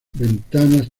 ventanas